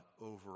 over